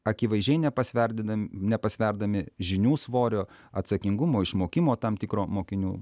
akivaizdžiai nepasverdydam nepasverdami žinių svorio atsakingumo išmokimo tam tikro mokinių